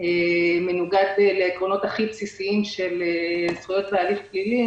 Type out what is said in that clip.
מנוגע לעקרונות הכי בסיסיים של זכויות בהליך פלילי